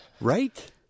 right